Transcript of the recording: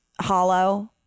hollow